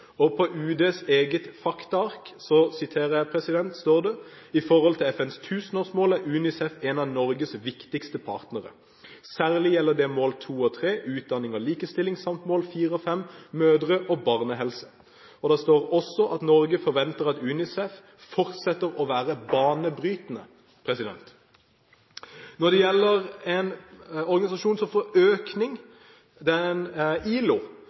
og på Utenriksdepartementets eget faktaark står det: «I forhold til FNs Tusenårsmål, er Unicef en av Norges viktigste partnere. Dette gjelder særlig mål 2 og 3 samt mål 4 og 5 Det står også at «Norge forventer at Unicef fortsetter å være banebrytende». Når det gjelder en organisasjon som får økning – ILO